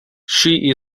she